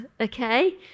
Okay